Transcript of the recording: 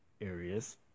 areas